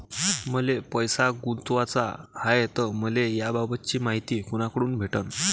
मले पैसा गुंतवाचा हाय तर मले याबाबतीची मायती कुनाकडून भेटन?